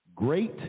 Great